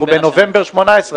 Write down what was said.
אנחנו בנובמבר 2018,